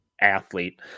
athlete